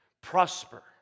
Prosper